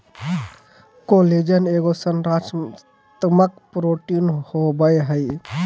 collagen एगो संरचनात्मक protein होबैय हइ